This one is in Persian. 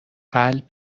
قلب